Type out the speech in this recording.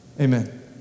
Amen